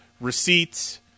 receipts